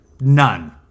none